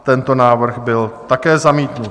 Tento návrh byl také zamítnut.